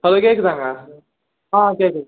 hello கேட்குதாங்க ஆ கேட்குது